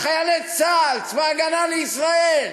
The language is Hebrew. חיילי צה"ל, צבא ההגנה לישראל.